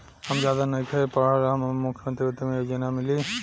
हम ज्यादा नइखिल पढ़ल हमरा मुख्यमंत्री उद्यमी योजना मिली?